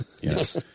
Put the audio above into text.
Yes